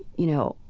you know,